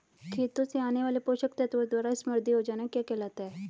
खेतों से आने वाले पोषक तत्वों द्वारा समृद्धि हो जाना क्या कहलाता है?